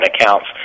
accounts